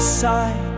side